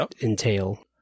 entail